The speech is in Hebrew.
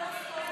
גם,